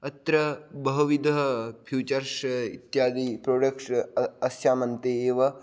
अत्र बहुविधः फ़्युचर्स् इत्यादि प्रोडक्ट्स् अस्याम् अन्ते एव